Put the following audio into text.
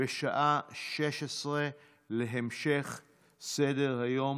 בשעה 16:00 להמשך סדר-היום.